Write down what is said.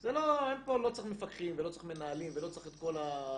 לא צריך מפקחים ולא צריך מנהלים ולא צריך את כל הביורוקרטיה.